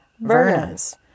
Verna's